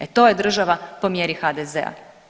E to je država po mjeri HDZ-a.